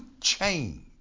change